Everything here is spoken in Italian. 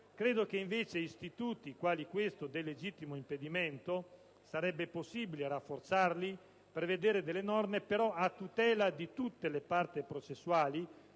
Credo che invece istituti quali questo del legittimo impedimento sarebbe possibile rafforzarli, prevedendo però delle norme a tutela di tutte le parti processuali